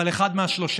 אבל אחד מהשלושה: